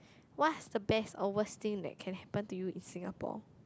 what's the best or worst thing that can happen to you in Singapore